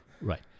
Right